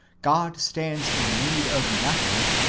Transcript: god stands in need of nothing,